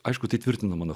aišku tai tvirtino mano